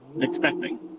expecting